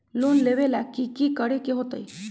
Loan लेबे ला की कि करे के होतई?